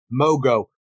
Mogo